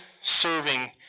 serving